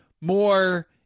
more